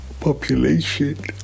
population